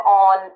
on